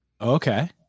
okay